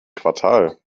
quartal